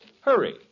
Hurry